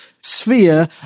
sphere